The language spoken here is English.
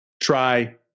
try